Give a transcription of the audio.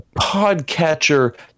podcatcher